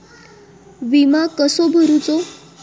विमा कसो भरूचो?